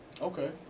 Okay